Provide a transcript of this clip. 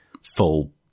full